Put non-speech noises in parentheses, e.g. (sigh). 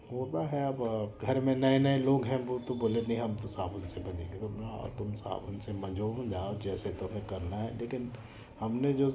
होता है अब घर में नए नए लोग हैं वो तो बोलेंगे हम तो साबुन से माँजेंगे तो (unintelligible) तुम साबुन से माँजो लाओ जैसे तुम्हें करना है लेकिन हम ने जो